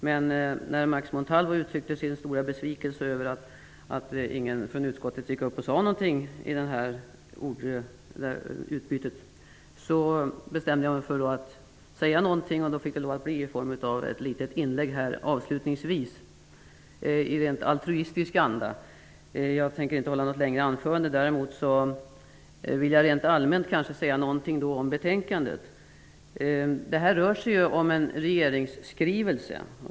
Men när Max Montalvo uttryckte sin stora besvikelse över att ingen från utskottet sade något i ordutbytet bestämde jag mig för att säga något. Det fick bli i form av ett litet inlägg här i slutet av debatten i en helt altruistisk anda. Jag tänkte inte hålla något längre anförande. Däremot vill jag rent allmänt säga något om betänkandet. Denna fråga rör sig om en regeringsskrivelse.